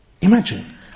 Imagine